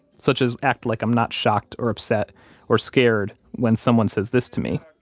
such as act like i'm not shocked or upset or scared when someone says this to me,